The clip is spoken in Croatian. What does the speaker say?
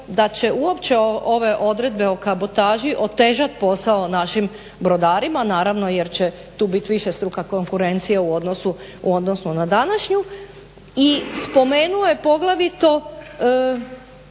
da će uopće ove odredbe o kabotaži otežati posao našim brodarima naravno jer će tu biti višestruka konkurencija u odnosu na današnju. I spomenuo je poglavito